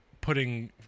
putting